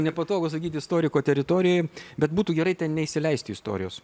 nepatogu sakyti istoriko teritorijoj bet būtų gerai ten neįsileisti istorijos